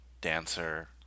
Dancer